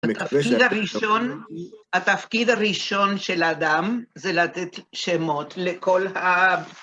התפקיד הראשון, התפקיד הראשון של אדם זה לתת שמות לכל ה...